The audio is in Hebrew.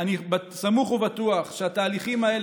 אני סמוך ובטוח שהתהליכים האלה,